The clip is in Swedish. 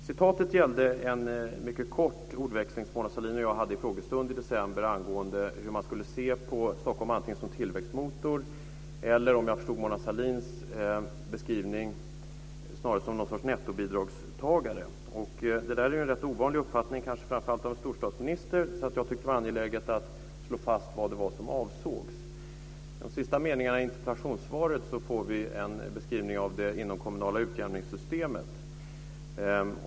Citatet gällde en mycket kort ordväxling som Mona Sahlin och jag hade vid en frågestund i december. Det gällde frågan om hur man skulle se på Stockholm - antingen som tillväxtmotor eller, om jag förstod Mona Sahlins beskrivning, som något slags nettobidragstagare. Det där är ju en rätt ovanlig uppfattning, kanske framför allt av en storstadsminister, så jag tyckte att det var angeläget att slå fast vad som avsågs. I de sista meningarna i interpellationssvaret får vi en beskrivning av det inomkommunala utjämningssystemet.